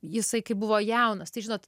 jisai kai buvo jaunas tai žinot